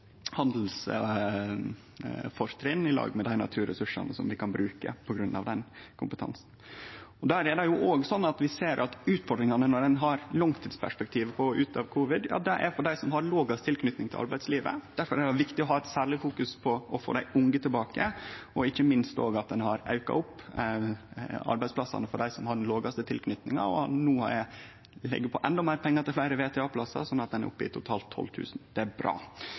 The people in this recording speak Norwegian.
i lag med dei naturressursane vi kan bruke på grunn av den kompetansen. Vi ser at utfordringane når ein har langtidsperspektivet på å kome ut av covid, er for dei som har lågast tilknyting til arbeidslivet. Difor er det viktig å ha eit særleg fokus på å få dei unge tilbake, og ikkje minst òg at ein har auka antalet arbeidsplassar for dei som har den lågaste tilknytinga. No legg vi på endå meir pengar til fleire VTA-plassar, sånn at ein er oppe i totalt 12 000. Det er bra.